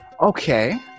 Okay